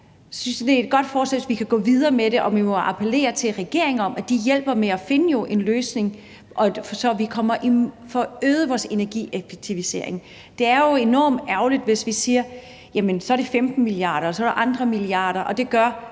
det er et godt forslag, og at vi må appellere til regeringen om, at de hjælper med at finde en løsning, så vi får øget vores energieffektivisering. Det er jo enormt ærgerligt, hvis vi siger, at så er det 15 mia. kr., og så er der andre milliarder, og at det